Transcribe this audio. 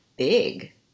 big